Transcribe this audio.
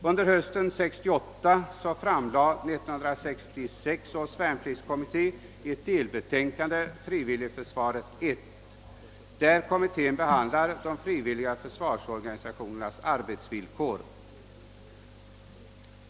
Under hösten 1968 framlade 1966 års värnpliktskommité ett delbetänkande, »Frivilligförsvaret 1», där kommittén behandlar de frivilliga försvarsorganisa tionernas arbetsvillkor.